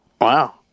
Wow